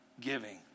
giving